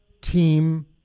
team